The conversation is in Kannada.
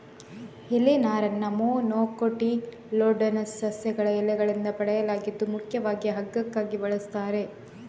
ಎಲೆ ನಾರನ್ನ ಮೊನೊಕೊಟಿಲ್ಡೋನಸ್ ಸಸ್ಯಗಳ ಎಲೆಗಳಿಂದ ಪಡೆಯಲಾಗಿದ್ದು ಮುಖ್ಯವಾಗಿ ಹಗ್ಗಕ್ಕಾಗಿ ಬಳಸ್ತಾರೆ